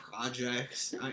projects